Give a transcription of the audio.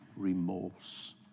remorse